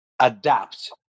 adapt